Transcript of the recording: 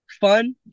Fun